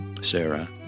Sarah